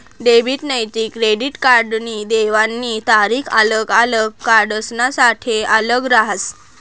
debit नैते credit कार्डनी देवानी तारीख आल्लग आल्लग कार्डसनासाठे आल्लग रहास